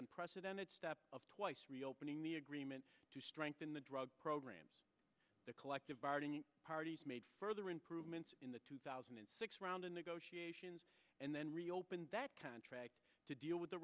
unprecedented step of twice reopening the agreement to strengthen the drug programs the collective bargaining parties made further improvements in the two thousand and six round of negotiations and then reopened that contract to deal with the